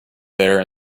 there